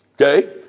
okay